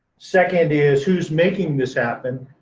second is, who's making this happen?